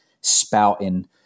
spouting